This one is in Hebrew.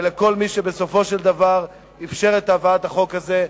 ולכל מי שבסופו של דבר אפשר את הבאת החוק הזה.